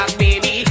baby